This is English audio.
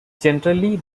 generally